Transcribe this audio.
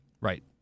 Right